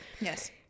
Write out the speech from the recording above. Yes